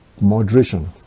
moderation